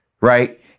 right